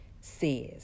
says